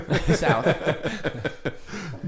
South